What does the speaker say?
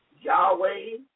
Yahweh